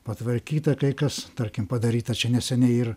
patvarkyta kai kas tarkim padaryta čia neseniai ir